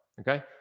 okay